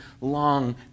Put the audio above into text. long